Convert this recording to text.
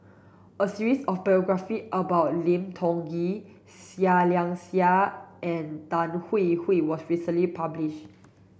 a series of biography about Lim Tiong Ghee Seah Liang Seah and Tan Hwee Hwee was recently publish